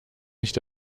nicht